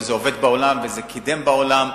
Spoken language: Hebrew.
זה עובד בעולם וזה קידם בעולם,